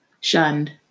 shunned